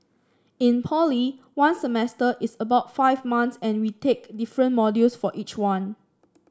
in poly one semester is about five months and we take different modules for each one